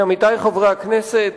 עמיתי חברי הכנסת,